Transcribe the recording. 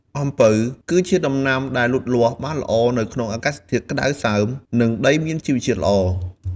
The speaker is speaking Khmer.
អំពៅ គឺជាដំណាំដែលលូតលាស់បានល្អនៅក្នុងអាកាសធាតុក្តៅសើម និងដីមានជីវជាតិល្អ។